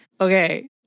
okay